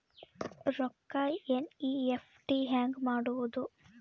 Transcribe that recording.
ರೊಕ್ಕ ಎನ್.ಇ.ಎಫ್.ಟಿ ಹ್ಯಾಂಗ್ ಮಾಡುವುದು?